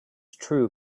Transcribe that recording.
true